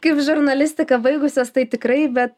kaip žurnalistiką baigusios tai tikrai bet